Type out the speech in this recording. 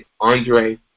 Andre